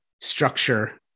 structure